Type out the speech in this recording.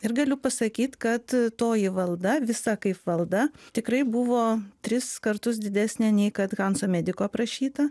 ir galiu pasakyt kad toji valda visa kaip valda tikrai buvo tris kartus didesnė nei kad hanso mediko aprašyta